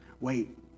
Wait